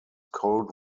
cold